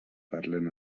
parlen